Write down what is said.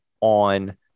on